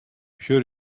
sjoch